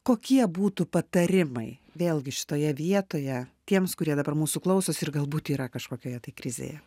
kokie būtų patarimai vėlgi šitoje vietoje tiems kurie dabar mūsų klausosi ir galbūt yra kažkokioje tai krizėje